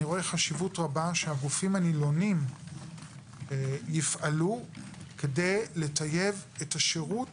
אני רואה חשיבות רבה שהגופים הנילונים יפעלו כדי לטייב את השירות